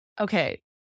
okay